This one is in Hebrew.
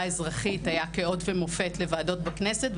האזרחית היה כאות ומופת לוועדות בכנסת,